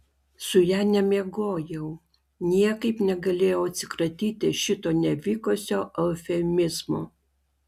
su ja nemiegojau niekaip negalėjau atsikratyti šito nevykusio eufemizmo